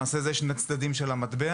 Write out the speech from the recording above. למעשה, אלה שני הצדדים של המטבע.